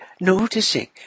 noticing